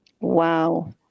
Wow